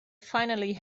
finally